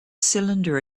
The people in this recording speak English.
cylinder